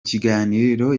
kiganiro